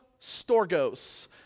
storgos